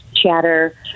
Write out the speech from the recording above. Chatter